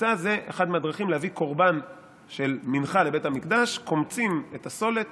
קמיצה זה אחת מהדרכים להביא קורבן של מנחה לבית המקדש: קומצים את הסולת